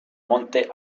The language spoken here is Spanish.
monte